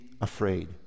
afraid